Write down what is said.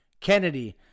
Kennedy